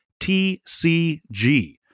TCG